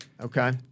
Okay